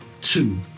two